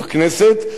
בכנסת,